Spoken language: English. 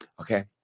Okay